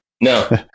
No